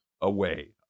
away